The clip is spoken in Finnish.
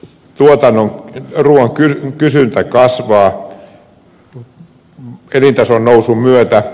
maailmalla ruuan kysyntä kasvaa elintason nousun myötä